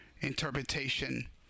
interpretation